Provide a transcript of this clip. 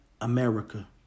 America